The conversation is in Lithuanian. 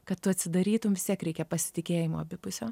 kad tu atsidarytum vis tiek reikia pasitikėjimo abipusio